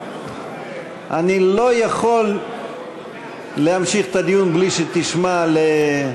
אני לא יכול להמשיך את הדיון בלי שתשמע את,